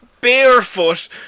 barefoot